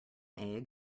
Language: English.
egg